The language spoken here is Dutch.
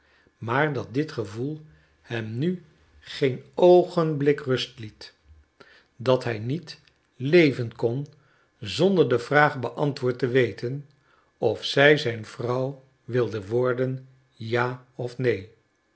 maar dat dit gevoel hem nu geen oogenblik rust liet dat hij niet leven kon zonder de vraag beantwoord te weten of zij zijn vrouw wilde worden ja of neen